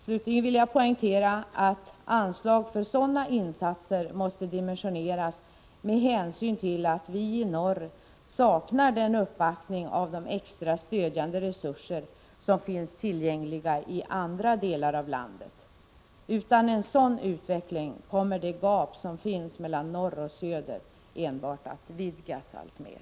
Slutligen vill jag poängtera att anslag för sådana insatser måste dimensioneras med hänsyn till att vi i norr saknar den uppbackning av de extra stödjande resurser som finns tillgängliga i andra delar av landet. Utan en sådan utveckling kommer det gap som finns mellan norr och söder enbart att vidgas alltmer.